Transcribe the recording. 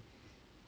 ah